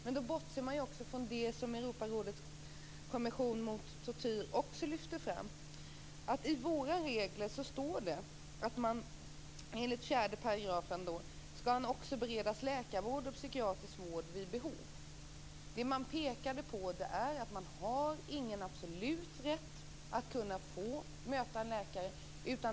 Men då bortser man från det som Europarådets kommission mot tortyr också lyfter fram, att det i våra regler står att man enligt 4 § skall beredas läkarvård och psykiatrisk vård vid behov. Det kommissionen pekat på är att man inte har någon absolut rätt att få möta läkare.